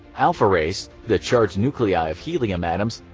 alpha rays, the charged nuclei of helium atoms,